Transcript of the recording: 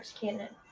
cannon